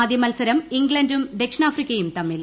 ആദ്യമത്സരം ഇംഗ്ലണ്ടും ദക്ഷിണാഫ്രിക്കയും തമ്മിൽ